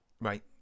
Right